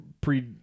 pre